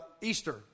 Easter